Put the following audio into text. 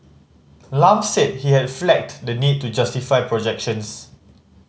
Lam said he had flagged the need to justify projections